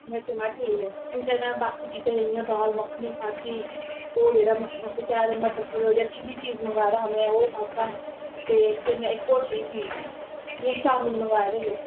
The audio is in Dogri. में आखेआ में ठीक ऐ इन्ना चिर में बाकी चीजां जेहडि़यां दाल मक्खनी खाद्धी ओह् जेहड़ा उसी के आखदे ना मटर पनीर चिल्ली चीज मंगवाए दा हा ओह् खाद्धा ते कन्नै इक होर ही चीज चामिन मंगवाए दे हे